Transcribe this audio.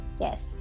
Yes